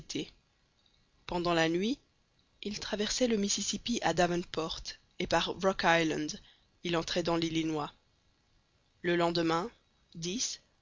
pendant la nuit il traversait le mississippi à davenport et par rock island il entrait dans l'illinois le lendemain